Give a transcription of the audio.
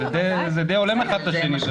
זה די הולם אחד את השני.